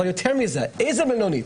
יותר מזה, איזו מלונית?